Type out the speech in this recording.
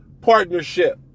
partnership